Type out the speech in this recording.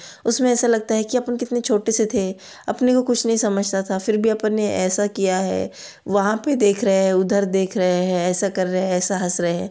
उसमें ऐसा लगता है कि अपन कितनी छोटे से थे अपने को कुछ नहीं समझता था फिर भी अपने ऐसा किया है वहाँ पर देख रहे हैं उधर देख रहे हैं ऐसा कर रहे हैं ऐसा हँस रहे हैं